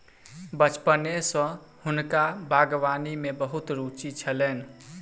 बचपने सॅ हुनका बागवानी में बहुत रूचि छलैन